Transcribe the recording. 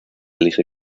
elige